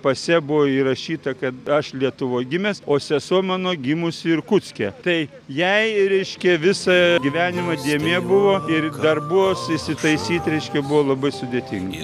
pase buvo įrašyta kad aš lietuvoj gimęs o sesuo mano gimusi irkutske tai jai reiškė visą gyvenimą dėmė buvo ir darbuos įsitaisyt reiškė buvo labai sudėtinga